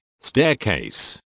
staircase